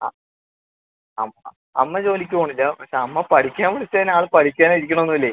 ആ അമ്മ അമ്മ ജോലിക്ക് പോവുന്നില്ല പക്ഷേ അമ്മ പഠിക്കാൻ വിളിച്ച് കഴിഞ്ഞാൽ ആൾ പഠിക്കാൻ ഇരിക്കുന്നൊന്നും ഇല്ലേ